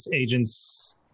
Agents